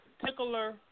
particular